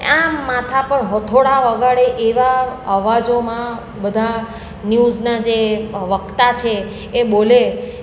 આ માથા પર હથોળા વગાડે એવા અવાજોમાં બધા ન્યૂઝના જે વક્તા છે એ બોલે